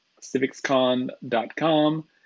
civicscon.com